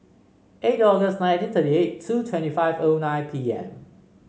eight August nineteen thirty eight two twenty five O nine P M